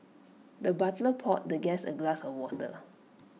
the butler poured the guest A glass of water